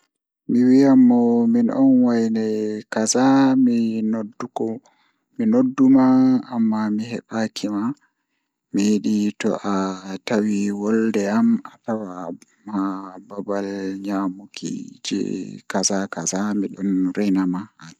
Mi wiyan mo min on waine kaza mi nodduki mi noddumaa mi heɓaaki ma mi tawi ma babal ma jei nyamuki jei kaza kaza miɗon renu ma haa ton